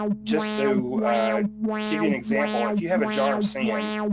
just to give you an example, if you have a jar of sand,